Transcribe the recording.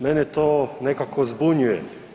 Mene to nekako zbunjuje.